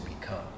become